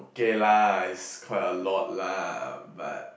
okay lah it's quite a lot lah but